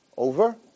Over